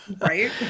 right